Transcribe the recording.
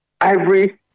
Ivory